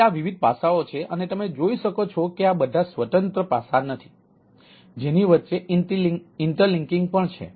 તેથી આ વિવિધ પાસાઓ છે અને તમે જોઈ શકો છો કે આ બધા સ્વતંત્ર પાસાં નથી જેની વચ્ચે ઇન્ટરલિંકીંગ પણ છે